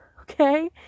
okay